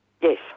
Yes